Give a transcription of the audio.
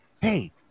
hey